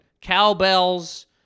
cowbells